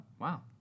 wow